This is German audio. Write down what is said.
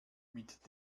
mit